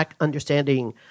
understanding